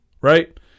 right